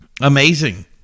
amazing